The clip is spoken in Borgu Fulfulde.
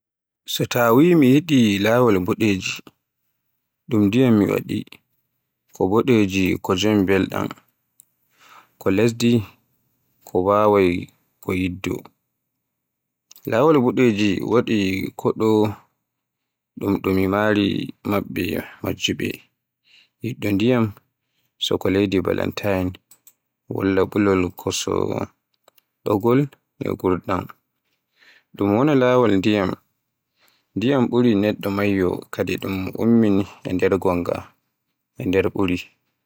So tawii mi yiɗi laawol mbodeji, ɗum ndiyam mi waɗi. Ko mboddeji ko jom mbelɗam, ko lesdi, ko mbaawi, ko yiɗɗo. Laawol mboddi waɗi kaɗow, ɗum ɗo mari maɓɓe majjuɓe. Yiɗɗo ndiyam so ko leydi Valentine, walla ɓulol so ko doggol, ko gurɗo. Ɗum wona laawol ndiyam, ndiyam ɓuri neɗɗo moƴƴo, kadi ɗum ummin e nder goonga e nder ɓuri.